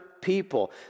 people